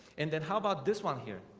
and then how about this one here?